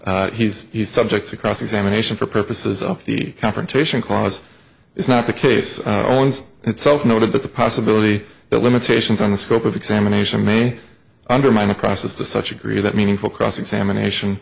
he's subject to cross examination for purposes of the confrontation clause is not the case owns itself noted that the possibility that limitations on the scope of examination me undermine the process to such agree that meaningful cross examination